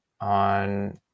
on